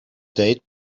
date